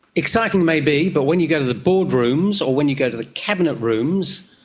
exciting maybe, but when you go to the boardrooms or when you go to the cabinet rooms,